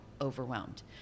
overwhelmed